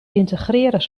integreren